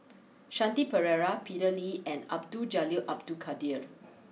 Shanti Pereira Peter Lee and Abdul Jalil Abdul Kadir